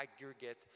aggregate